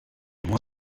while